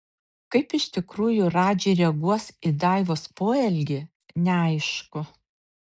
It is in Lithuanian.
kaip iš tikrųjų radži reaguos į daivos poelgį neaišku